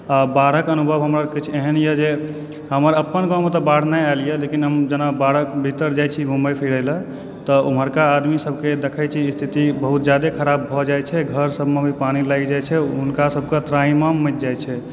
आ बाढ़िक हमर अनुभव किछु एहन यऽ जे हमर अपन गाँवमे तऽ बाढ़ि नहि आयलए लेकिन हम जेना बाढ़िक भीतर जाइत छी घुमय फिरय लऽ तऽ ओम्हरका आदमीसभकेँ देखैत छी स्थिति बहुत जादे खराप भऽ जाइ छै घर सभमऽ भी पानी लागि जाइ छै हुनका सभके त्राहिमाम मचि जाइ छै